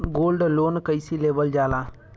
Gold loan कईसे लेवल जा ला?